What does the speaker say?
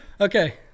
Okay